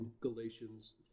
Galatians